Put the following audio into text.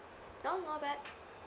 no not bad